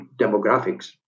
demographics